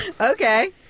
Okay